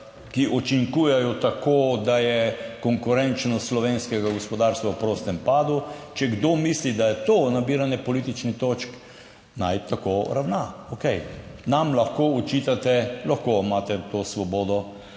ki učinkujejo tako, da je konkurenčnost slovenskega gospodarstva v prostem padu. Če kdo misli, da je to nabiranje političnih točk naj tako ravna. Okej, nam lahko očitate, lahko imate to svobodo,